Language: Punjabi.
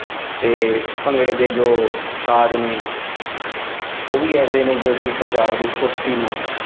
ਅਤੇ ਭੰਗੜੇ ਦੇ ਜੋ ਸਾਜ਼ ਨੇ ਉਹ ਵੀ ਐਸੇ ਨੇ ਜੋ ਕਿ ਪੰਜਾਬ ਦੀ ਫੁਰਤੀ ਨੂੰ